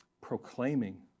proclaiming